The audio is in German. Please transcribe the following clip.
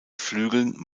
flügeln